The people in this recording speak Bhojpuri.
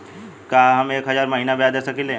का हम एक हज़ार महीना ब्याज दे सकील?